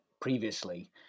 previously